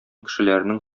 кешеләренең